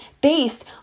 based